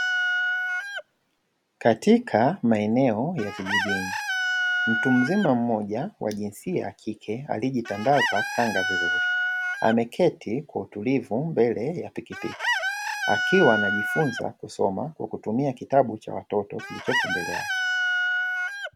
Katika maeneo ya vijijini mtu mzima mmoja wa jinsia ya kike aliyejitandaza kanga vizuri ameketi kwa utulivu mbele ya pikipiki akiwa anajifunza kusoma kwa kutumia kitabu cha watoto kilichopo mbele yake.